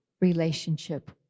relationship